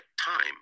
time